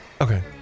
okay